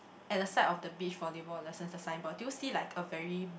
at the side of the beach volleyball lessons the sign board do you see like a very